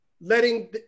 letting